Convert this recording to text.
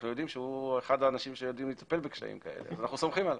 הוא אחד האנשים שיודעים לטפל בקשיים ואנחנו סומכים עליו.